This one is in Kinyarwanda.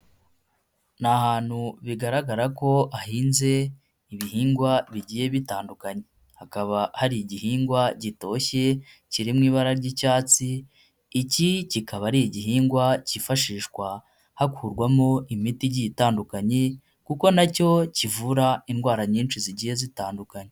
Ni ahantu bigaragara ko hahinze ibihingwa bigiye bitandukanye. Hakaba hari igihingwa gitoshye kiri mu ibara ry'icyatsi, iki kikaba ari igihingwa cyifashishwa hakurwamo imiti igiye itandukanye kuko nacyo kivura indwara nyinshi zigiye zitandukanye.